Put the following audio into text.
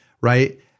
Right